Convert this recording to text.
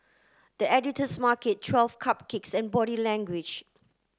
The Editor's Market Twelve Cupcakes and Body Language